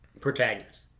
protagonist